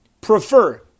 prefer